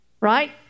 Right